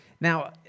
Now